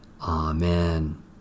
Amen